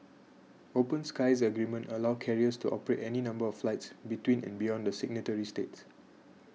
open skies agreements allow carriers to operate any number of flights between and beyond the signatory states